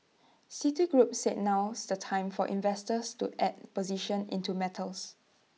citigroup said now's the time for investors to add positions into metals